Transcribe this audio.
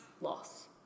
loss